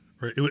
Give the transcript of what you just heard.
right